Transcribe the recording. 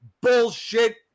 bullshit